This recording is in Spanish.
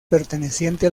perteneciente